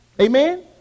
Amen